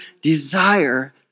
desire